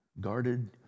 guarded